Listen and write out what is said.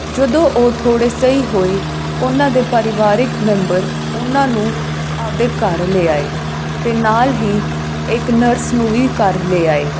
ਜਦੋਂ ਉਹ ਥੋੜ੍ਹੇ ਸਹੀ ਹੋਏ ਉਹਨਾਂ ਦੇ ਪਰਿਵਾਰਿਕ ਮੈਂਬਰ ਉਹਨਾਂ ਨੂੰ ਆਪਣੇ ਘਰ ਲੈ ਆਏ ਅਤੇ ਨਾਲ ਹੀ ਇੱਕ ਨਰਸ ਨੂੰ ਵੀ ਘਰ ਲੈ ਆਏ